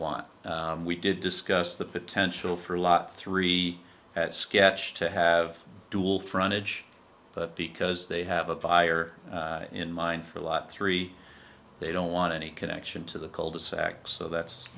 want we did discuss the potential for a lot three at sketch to have dual frontage but because they have a buyer in mind for a lot three they don't want any connection to the cul de sac so that's